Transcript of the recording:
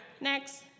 Next